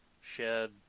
shed